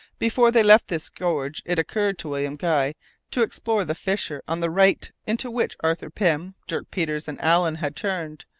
before they left this gorge, it occurred to william guy to explore the fissure on the right into which arthur pym, dirk peters, and allen had turned,